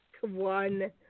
one